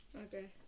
Okay